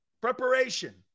preparation